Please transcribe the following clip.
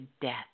death